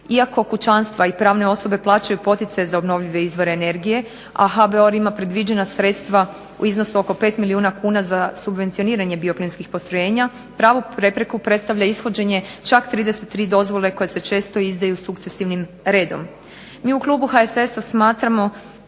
Iako kućanstva i pravne osobe plaćaju poticaj za obnovljive izvore energije, a HBOR ima predviđena sredstva u iznosu oko 5 milijuna kuna za subvencioniranje bioplinskih postrojenja, pravu prepreku predstavlja ishođenje čak 33 dozvole koje se često izdaju sukcesivnim redom. Mi u klubu HSS-a smatramo